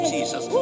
Jesus